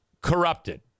Corrupted